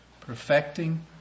perfecting